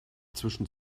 zwischen